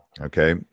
okay